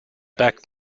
back